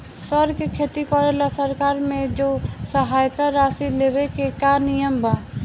सर के खेती करेला सरकार से जो सहायता राशि लेवे के का नियम बा?